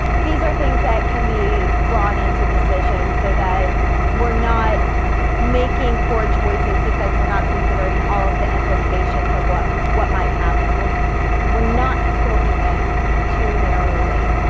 these are things that can be brought into decisions so that we're not making poor choices because we're not considering all of the implications of what what might happen. we're we're not scoping it too narrowly.